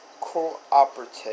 cooperative